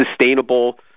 sustainable